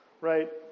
Right